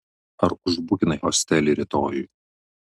ar užbukinai hostelį rytojui